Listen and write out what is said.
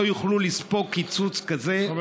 לא יוכלו לספוג קיצוץ כזה לחקלאות,